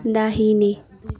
दाहिने